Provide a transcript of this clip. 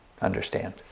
understand